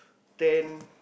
ten